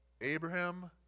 Abraham